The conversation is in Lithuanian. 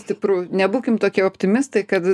stipru nebūkim tokie optimistai kad